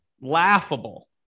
laughable